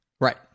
Right